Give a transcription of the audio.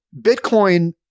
Bitcoin